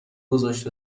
گذاشت